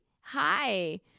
hi